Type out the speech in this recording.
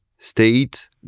State